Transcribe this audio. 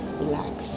Relax